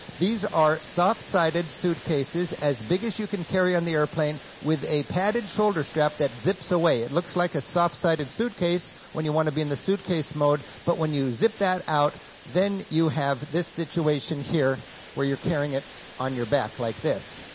these are soft sided suitcases as big as you can carry on the airplane, with a padded shoulder strap that zips away. it looks like a soft sided suitcase when you want to be in the suitcase mode, but when you zip that out then you have this situation here where you're carrying it on your back like this.